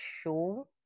show